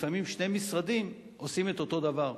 לפעמים שני משרדים עושים את אותו דבר,